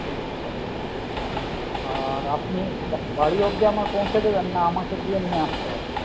আচ্ছা আচ্ছা আর আপনি বাড়ি অবধি আমার পৌঁছে দেবেন না আমাকে গিয়ে নিয়ে আসতে হবে